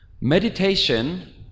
Meditation